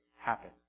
happen